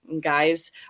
guys